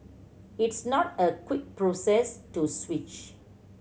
it's not a quick process to switch